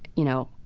you know,